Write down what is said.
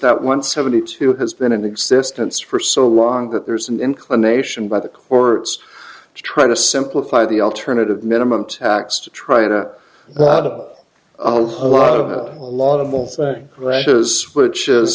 that one seventy two has been in existence for so long that there's an inclination by the courts to try to simplify the alternative minimum tax to try to that a lot of a lot of thing rushes which is